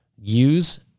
use